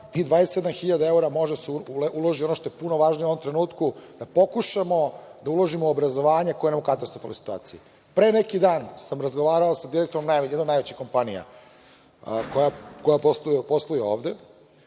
hiljada evra može da se uloži u ono što je puno važnije u ovom trenutku, da pokušamo da uložimo u obrazovanje koje nam je u katastrofalnoj situaciji. Pre neki dan sam razgovarao sa direktorom jedne od najvećih kompanija koja posluje ovde